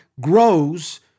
grows